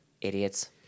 idiots